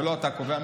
ולא אתה קובע.